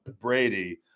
Brady